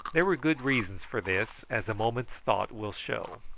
there were good reasons for this, as a moment's thought will show.